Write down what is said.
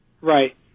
Right